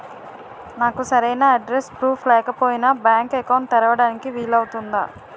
నాకు సరైన address proof లేకపోయినా బ్యాంక్ అకౌంట్ తెరవడానికి వీలవుతుందా?